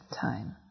time